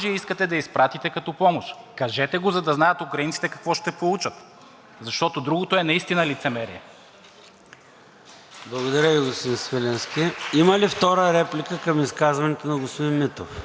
Благодаря Ви, господин Свиленски. Има ли втора реплика към изказването на господин Митов? Няма. За дуплика, господин Митов, заповядайте.